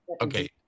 Okay